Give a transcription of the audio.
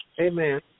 Amen